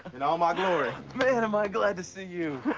in all my glory. man, am i glad to see you.